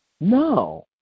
No